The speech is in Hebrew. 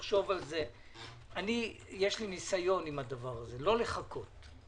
ועדת חקירה תמצא מי אשם ומי אחראי וכל מה שנלווה לעניין.